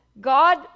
God